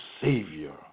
savior